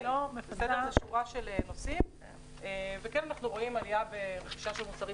אנחנו כן רואים עלייה ברכישה של מוצרים